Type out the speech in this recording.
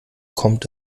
kommt